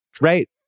Right